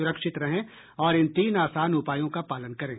सुरक्षित रहें और इन तीन आसान उपायों का पालन करें